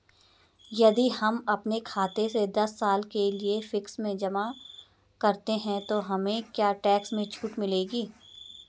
यदि हम अपने खाते से दस साल के लिए फिक्स में जमा करते हैं तो हमें क्या टैक्स में छूट मिलेगी?